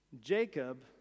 Jacob